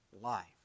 life